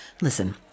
Listen